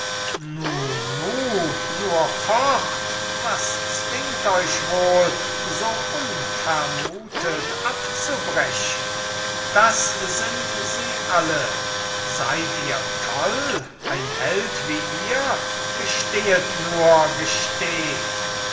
was zwingt euch wohl so unvermutet abzubrechen das sind sie alle seid ihr toll ein held wie ihr gestehet nur gesteht